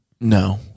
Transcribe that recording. No